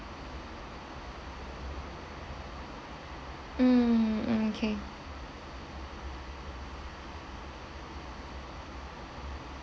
mm okay